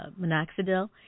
minoxidil